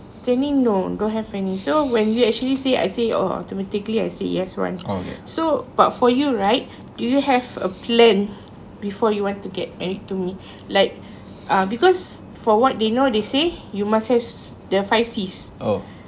planning no don't have plannings so when you actually say I say oh automatically I said yes [one] so but for you right do you have a plan before you want to get married to me like ah because for what they know they say you must have the five Cs